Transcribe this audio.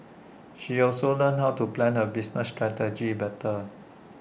she also learned how to plan her business strategies better